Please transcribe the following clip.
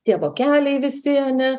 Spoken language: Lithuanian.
tie vokeliai visi ane